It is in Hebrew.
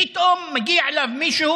פתאום מגיע אליו מישהו,